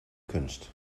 kunst